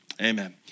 amen